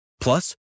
Plus